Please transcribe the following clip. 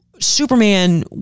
Superman